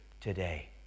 today